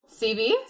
cb